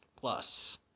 Plus